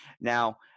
Now